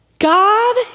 God